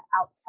outside